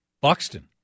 Buxton